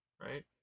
right